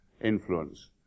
influence